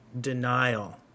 denial